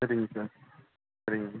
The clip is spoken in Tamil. சரிங்க சார் சரிங்க